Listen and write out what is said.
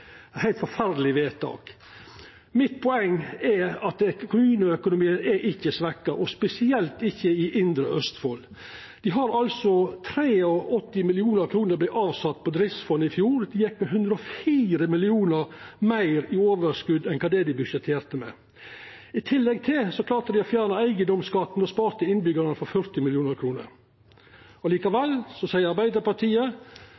eit heilt forferdeleg vedtak. Poenget mitt er at kommuneøkonomien ikkje er svekt, og spesielt ikkje i Indre Østfold. 83 mill. kr vart sett av på driftsfond i fjor, dei gjekk med 104 mill. kr meir i overskot enn det dei budsjetterte med. I tillegg klarte dei å fjerna eigedomsskatten og sparte innbyggjarane for 40 mill. kr. Likevel seier Arbeidarpartiet at dei skal ha høgare vekst og